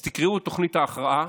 אז תקראו את תוכנית ההכרעה.